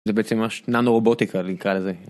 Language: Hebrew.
זה בעצם ממש ננו רובוטיקה נקרא לזה.